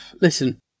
listen